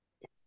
Yes